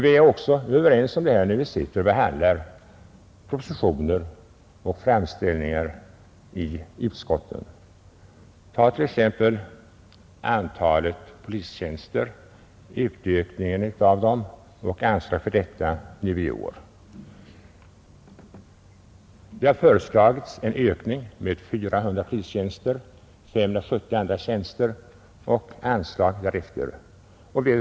Vi var också överens om detta när vi i utskottet behandlade propositionen. Tag t.ex. förslagen till utökning av antalet polistjänster och anslag för detta ändamål nu i år! Det har föreslagits en ökning med 400 polistjänster och 170 andra tjänster samt anslag i förhållande härtill.